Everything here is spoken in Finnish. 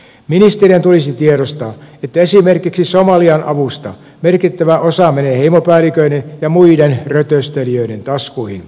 ministerien tulisi tiedostaa että esimerkiksi somalian avusta merkittävä osa menee heimopäälliköiden ja muiden rötöstelijöiden taskuihin